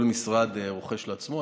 כל משרד רוכש לעצמו.